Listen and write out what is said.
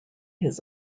his